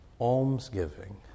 almsgiving